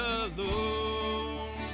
alone